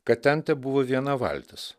kad ten tebuvo viena valtis